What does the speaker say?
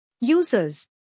Users